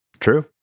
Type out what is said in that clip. True